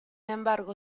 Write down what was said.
embargo